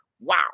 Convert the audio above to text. wow